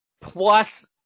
plus